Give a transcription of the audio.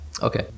Okay